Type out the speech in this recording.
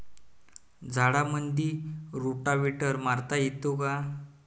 झाडामंदी रोटावेटर मारता येतो काय?